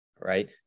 Right